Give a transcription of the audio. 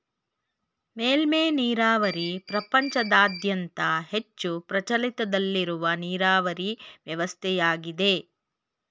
ಮೇಲ್ಮೆ ನೀರಾವರಿ ಪ್ರಪಂಚದಾದ್ಯಂತ ಹೆಚ್ಚು ಪ್ರಚಲಿತದಲ್ಲಿರುವ ನೀರಾವರಿ ವ್ಯವಸ್ಥೆಯಾಗಿದೆ